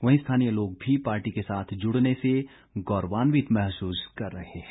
वहीं स्थानीय लोग भी पार्टी के साथ जुड़ने से गौरवान्वित महसूस कर रहे हैं